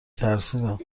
ترسیدم